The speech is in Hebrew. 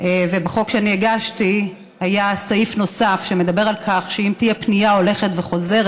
ובחוק שאני הגשתי היה סעיף נוסף שמדבר על כך שאם תהיה פנייה הולכת וחוזרת